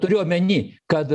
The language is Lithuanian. turiu omeny kad